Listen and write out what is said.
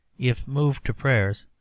if moved to prayers,